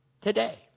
today